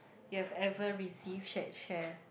you have ever received shared share